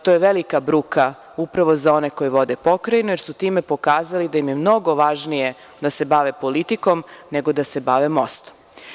To je velika bruka za one koji vode Pokrajinu, jer su time pokazali da im je mnogo važnije da se bave politikom nego da se bave mostom.